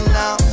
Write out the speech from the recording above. now